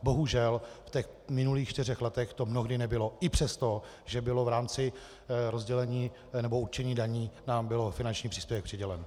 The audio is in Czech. Bohužel, v těch minulých čtyřech letech to mnohdy nebylo i přesto, že bylo v rámci rozdělení nebo určení daní nám byl finanční příspěvek přidělen.